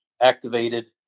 activated